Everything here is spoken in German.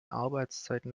arbeitszeiten